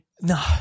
No